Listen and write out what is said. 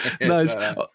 Nice